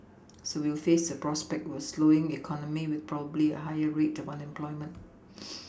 so we will face the prospect were slowing economy with probably a higher rate of unemployment